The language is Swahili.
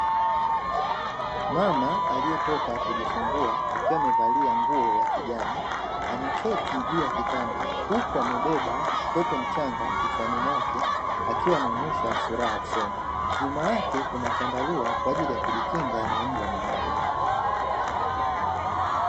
Mama aliyetoka kujifungua akiwa amevalia nguo ya kijani, ameketi juu ya kitanda, huku amebeba mtoto mchanga kufuani mwake nyuma yake kuna chandarua kwa ajili ya kujikinga na mmbu wa malaria.